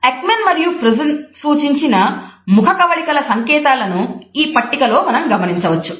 Ekman సూచించిన ముఖ కవళికల సంకేతాలను ఈ పట్టికలో మనం గమనించవచ్చు